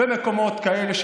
במקומות כאלה,